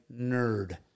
nerd